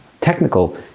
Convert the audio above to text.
technical